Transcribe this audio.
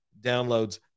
downloads